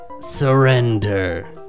surrender